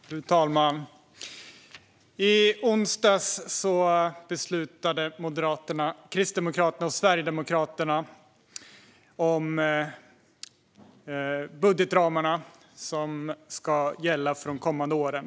Fru talman! I onsdags beslutade Moderaterna, Kristdemokraterna och Sverigedemokraterna om de budgetramar som ska gälla för de kommande åren.